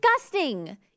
disgusting